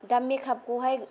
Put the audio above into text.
दा मेकापखौहाय